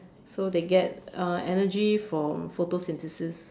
so they get uh energy from photosynthesis